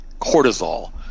cortisol